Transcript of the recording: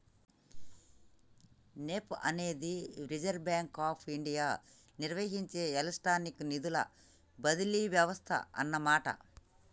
NEFT అనేది reserve bank of India నిర్వహించే electronic నిధుల బదిలీ వ్యవస్థ అన్నమాట